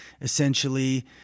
essentially